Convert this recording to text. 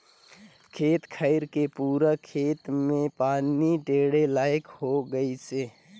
खेत खायर के पूरा खेत मे पानी टेंड़े लईक होए गइसे